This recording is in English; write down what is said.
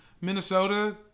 Minnesota